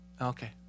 Okay